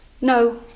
No